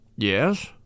Yes